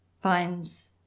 finds